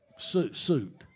suit